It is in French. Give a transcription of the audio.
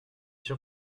sûr